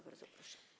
Bardzo proszę.